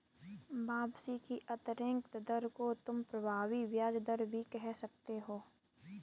वापसी की आंतरिक दर को तुम प्रभावी ब्याज दर भी कह सकते हो